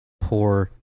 poor